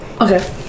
Okay